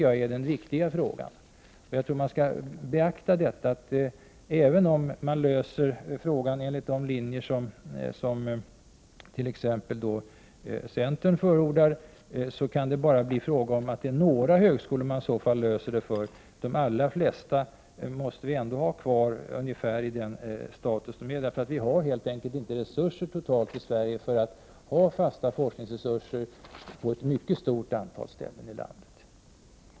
Jag tror att man skall beakta att det, även om man löser frågan enligt de linjer som t.ex. centern förordar, bara kan bli fråga om att man löser den för några högskolor. De allra flesta högskolor måste vi ändå ha kvar i deras nuvarande status. Vi har helt enkelt inte resurser totalt i Sverige för att ha fasta forskningsresurser på ett mycket stort antal ställen i landet.